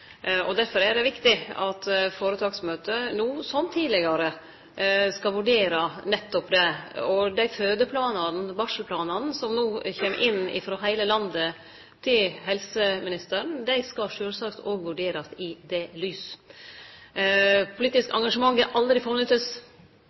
Derfor er det viktig at føretaksmøtet no, som tidlegare, skal vurdere nettopp det. Dei fødeplanane, barselplanane, som no kjem inn frå heile landet til helseministeren, skal sjølvsagt òg vurderast i det lyset. Politisk